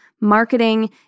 marketing